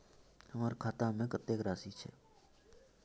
हमर खाता में कतेक राशि छै?